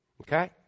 Okay